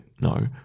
No